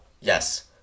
Yes